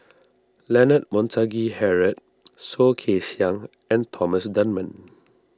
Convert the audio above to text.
Leonard Montague Harrod Soh Kay Siang and Thomas Dunman